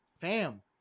fam